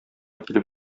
килеп